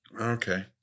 Okay